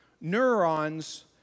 neurons